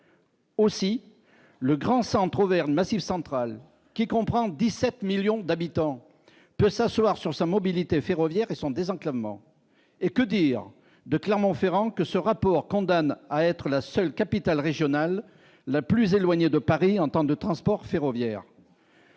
Aussi le grand centre Auvergne Massif central qui comprend 17 millions d'habitants peut s'asseoir sur sa mobilité ferroviaire et son désenclavement et que dire de Clermont-Ferrand que ce rapport condamne à être la seule capitale régionale la plus éloignée de Paris en temps de transport ferroviaire.